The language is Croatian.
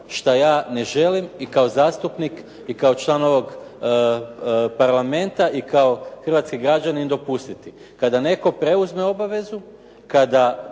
šta ja ne želim i kao zastupnik i kao član ovoga Parlamenta i kao hrvatski građanin dopustiti. Kada netko preuzme obavezu i kada